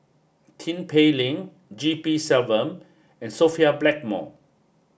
Tin Pei Ling G P Selvam and Sophia Blackmore